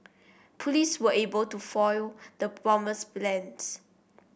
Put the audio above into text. police were able to foil the bomber's plans